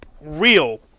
real